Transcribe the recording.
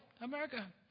America